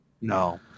No